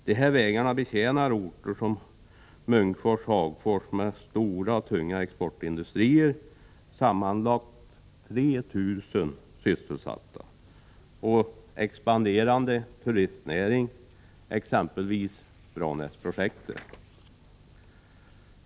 Dessa vägar betjänar orter som Munkfors och Hagfors med stora tunga exportindustrier — sammanlagt 3 000 sysselsatta — och en expanderande turistnäring, exempelvis Branäsprojektet.